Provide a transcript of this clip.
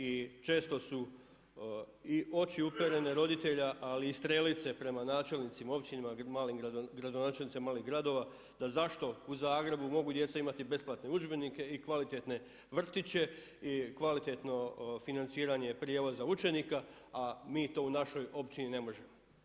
I često su i oči uperene roditelja ali i strelice prema načelnicima općina, gradonačelnicima malih gradova da zašto u Zagrebu mogu djeca imati besplatne udžbenike i kvalitetne vrtiće i kvalitetno financiranje prijevoza učenika, a mi to u našoj općini ne možemo.